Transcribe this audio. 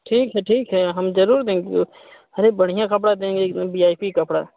ठीक है ठीक है हम ज़रूर देंगे अरे बढ़िया कपड़ा देंगे एक दम वी आई पी कपड़ा